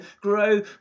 grow